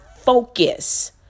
focus